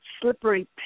slippery